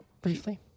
Briefly